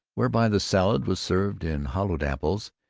whereby the salad was served in hollowed apples,